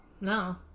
No